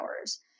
hours